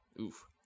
Oof